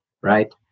right